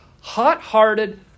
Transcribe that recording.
hot-hearted